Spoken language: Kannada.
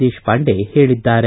ದೇಶಪಾಂಡೆ ಹೇಳಿದ್ದಾರೆ